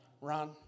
Ron